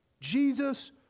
Jesus